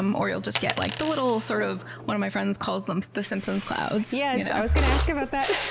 um or you'll just get like the little, sort of one of my friends calls them the simpsons clouds. yes, i was gonna ask about that.